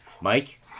mike